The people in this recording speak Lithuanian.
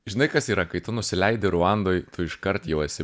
žinai kas yra kai tu nusileidi ruandoj tu iškart jau esi